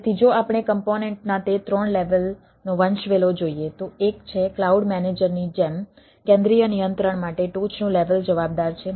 તેથી જો આપણે કોમ્પોનેન્ટના તે 3 લેવલનો વંશવેલો જોઈએ તો 1 છે ક્લાઉડ મેનેજરની જેમ કેન્દ્રીય નિયંત્રણ માટે ટોચનું લેવલ જવાબદાર છે